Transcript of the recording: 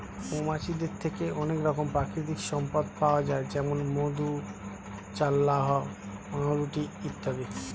মৌমাছিদের থেকে অনেক রকমের প্রাকৃতিক সম্পদ পাওয়া যায় যেমন মধু, চাল্লাহ্ পাউরুটি ইত্যাদি